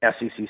SEC